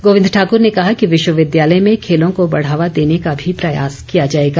गोविंद ठाकुर ने कहा कि विश्वविद्यालय में खेलों को बढ़ावा देने का भी प्रयास किया जाएगा